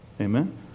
Amen